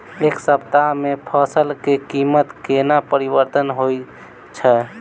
एक सप्ताह मे फसल केँ कीमत कोना परिवर्तन होइ छै?